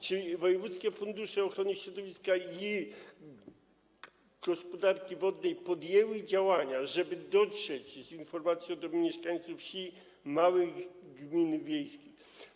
Czy wojewódzkie fundusze ochrony środowiska i gospodarki wodnej podjęły działania, żeby dotrzeć z informacją do mieszkańców wsi, małych gmin wiejskich?